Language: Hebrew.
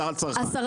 המע"מ.